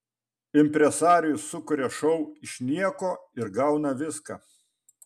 impresarijus sukuria šou iš nieko ir gauna viską